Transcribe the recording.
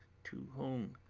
to whom